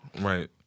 Right